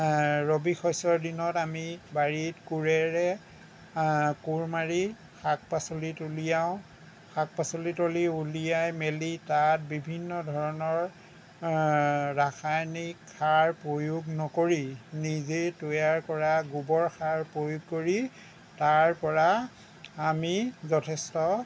ৰবি শষ্যৰ দিনত আমি বাৰীত কোৰেৰে কোৰ মাৰি শাক পাচলি তলি উলিয়াওঁ শাক পাচলি তলি উলিয়াই মেলি তাত বিভিন্ন ধৰণৰ ৰাসায়নিক সাৰ প্ৰয়োগ নকৰি নিজেই তৈয়াৰ কৰা গোবৰ সাৰ প্ৰয়োগ কৰি তাৰপৰা আমি যথেষ্ট